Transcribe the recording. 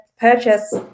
purchase